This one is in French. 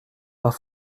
pas